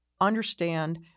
understand